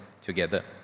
together